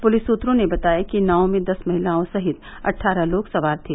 police सूत्रों ने बताया कि नाव में दस महिलाओं सहित अट्ठारह लोग सवार थे